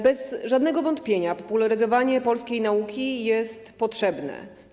Bez wątpienia popularyzowanie polskiej nauki jest potrzebne.